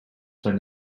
from